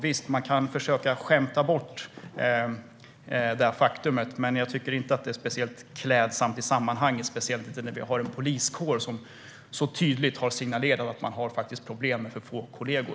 Visst kan man försöka skämta bort faktumet, men jag tycker inte att det är speciellt klädsamt i sammanhanget - speciellt inte när poliskåren så tydligt signalerat att det finns problem med för få kollegor.